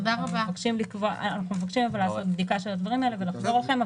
אבל אנחנו מבקשים לעשות בדיקה של הדברים האלה ולחזור אליכם.